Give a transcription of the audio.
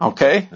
Okay